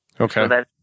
Okay